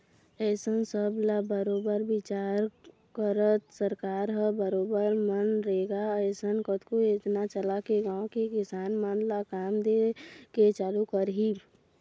अइसन सब ल बरोबर बिचार करत सरकार ह बरोबर मनरेगा असन कतको योजना चलाके गाँव के किसान मन ल काम दे के चालू करिस